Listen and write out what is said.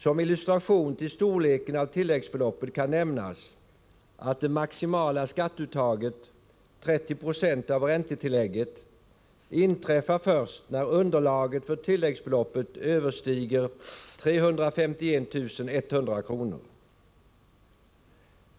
Som illustration till storleken av tilläggsbeloppet kan nämnas att det maximala skatteuttaget, 30 70 av räntetillägget, inträffar först när underlaget för tilläggsbeloppet överstiger 351 100 kr.